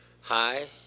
hi